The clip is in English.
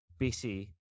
bc